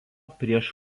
prieš